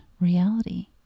reality